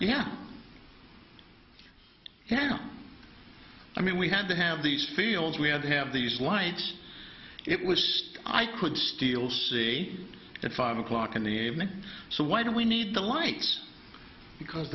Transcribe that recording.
yeah yeah i mean we had to have these fields we had to have these lights it was i could steal see at five o'clock in the evening so why do we need the lights because